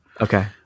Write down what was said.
Okay